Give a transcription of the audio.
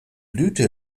blühte